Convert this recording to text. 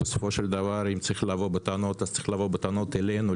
בסופו של דבר אם צריך לבוא בטענות אז צריך לבוא בטענות אלינו,